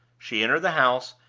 she entered the house,